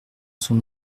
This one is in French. son